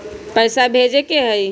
पैसा भेजे के हाइ?